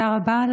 תודה רבה.